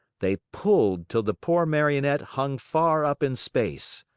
they pulled till the poor marionette hung far up in space.